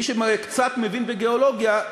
מי שקצת מבין בגיאולוגיה,